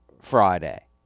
Friday